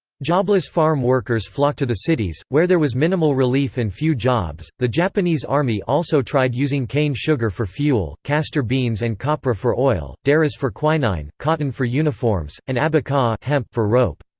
jobless farm workers flock to the cities, where there was minimal relief and few jobs the japanese army also tried using cane sugar for fuel, castor beans and copra for oil, derris for quinine, cotton for uniforms, and abaca for rope.